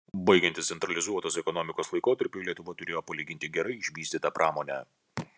baigiantis centralizuotos ekonomikos laikotarpiui lietuva turėjo palyginti gerai išvystytą pramonę